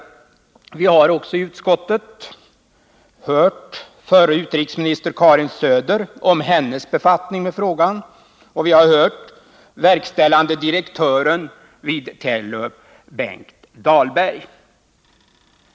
Vi har också i utskottet hört förre utrikesministern Karin Söder om hennes befattning med frågan och verkställande direktören vid Telub, Benkt Dahlberg.